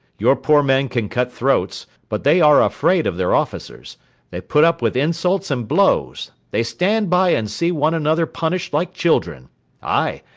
your poor men can cut throats but they are afraid of their officers they put up with insults and blows they stand by and see one another punished like children aye,